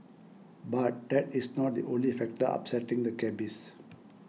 but that is not the only factor upsetting the cabbies